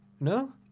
No